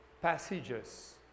passages